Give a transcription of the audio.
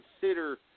consider